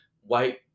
white